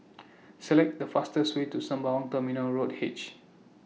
Select The fastest Way to Sembawang Terminal Road H